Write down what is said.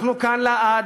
אנחנו כאן לעד,